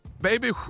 Baby